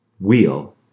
wheel